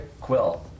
Quill